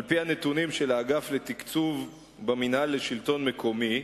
על-פי הנתונים של האגף לתקצוב במינהל השלטון המקומי,